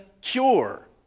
cure